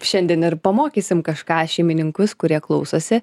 šiandien ir pamokysim kažką šeimininkus kurie klausosi